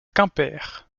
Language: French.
quimper